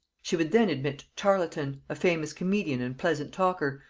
she would then admit tarleton, a famous comedian and pleasant talker,